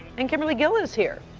and kimberly gill is here.